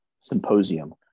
Symposium